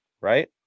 Right